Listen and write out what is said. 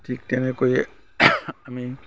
ঠিক তেনেকৈয়ে আমি